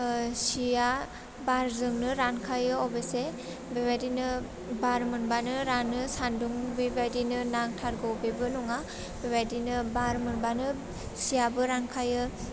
ओह सिआ बारजोंनो रानखायो अब'से बेबायदिनो बार मोनबानो रानो सान्दुं बेबायदिनो नांथारगौ बेबो नङा बेबायदिनो बार मोनबानो सिआबो रानखायो